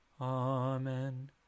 Amen